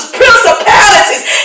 principalities